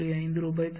5 ரூபாய் தரும்